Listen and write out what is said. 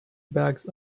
bags